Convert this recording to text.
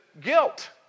guilt